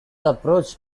approach